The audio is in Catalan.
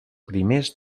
primers